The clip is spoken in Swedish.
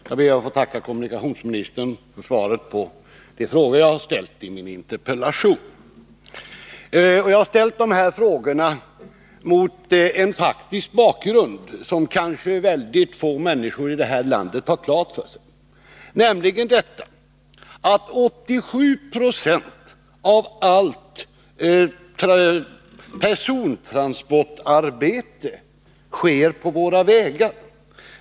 Herr talman! Jag ber att få tacka kommunikationsministern för svaret på de frågor jag har ställt i min interpellation. Jag har ställt de här frågorna mot en faktisk bakgrund, som kanske väldigt få människor i detta land har klar för sig, nämligen att 87 920 av allt persontransportarbete sker på våra vägar.